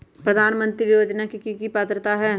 प्रधानमंत्री योजना के की की पात्रता है?